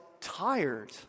tired